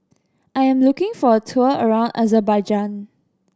I am looking for a tour around Azerbaijan